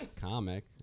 comic